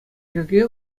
йӗрке